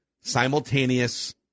simultaneous